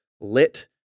lit